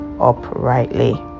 uprightly